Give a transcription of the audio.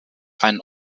ein